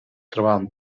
trobaven